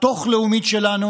התוך-לאומית שלנו.